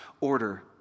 order